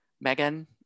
megan